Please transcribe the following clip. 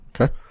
Okay